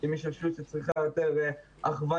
אם יש רשות שצריכה יותר הכוונה,